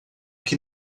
que